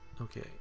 okay